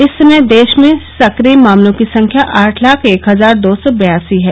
इस समय देश में सक्रिय मामलों की संख्या आठ लाख एक हजार दो सौ बयासी है